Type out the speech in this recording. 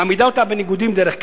מעמידה אותה בניגוד עניינים דרך קבע.